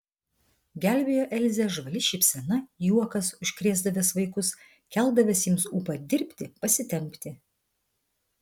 gelbėjo elzę žvali šypsena juokas užkrėsdavęs vaikus keldavęs jiems ūpą dirbti pasitempti